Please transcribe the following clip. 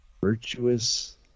Virtuous